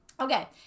Okay